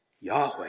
Yahweh